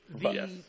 Yes